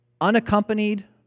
unaccompanied